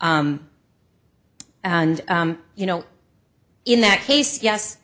and you know in that case yes